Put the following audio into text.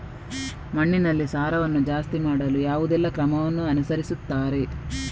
ಮಣ್ಣಿನಲ್ಲಿ ಸಾರವನ್ನು ಜಾಸ್ತಿ ಮಾಡಲು ಯಾವುದೆಲ್ಲ ಕ್ರಮವನ್ನು ಅನುಸರಿಸುತ್ತಾರೆ